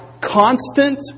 constant